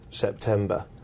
September